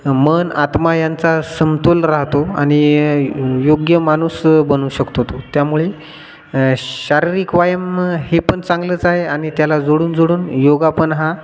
मन आत्मा यांचा समतोल राहतो आणि योग्य माणूस बनवू शकतो तो त्यामुळे शारीरिक व्यायाम हे पण चांगलंच आहे आणि त्याला जोडून जोडून योगा पण हा